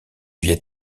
viêt